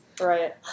Right